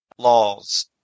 Laws